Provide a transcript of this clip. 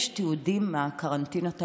יש תיעודים מהקרנטינות האלה,